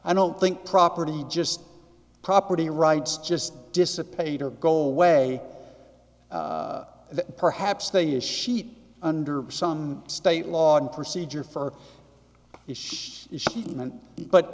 i don't think property just property rights just dissipate or go away that perhaps they as sheet under some state law and procedure for